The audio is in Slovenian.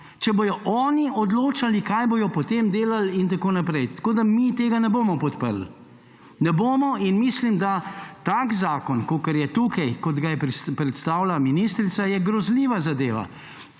če bodo oni odločali, kaj bodo potem delali in tako naprej? Tako mi tega ne bomo podprli. Ne bomo. In mislim, da tak zakon, kakor je tukaj, kot ga je predstavila ministrica, je grozljiva zadeva.